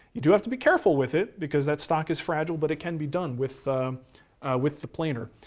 you do have to be careful with it because that stock is fragile but it can be done with the with the planer.